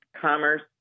Commerce